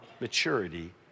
maturity